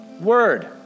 word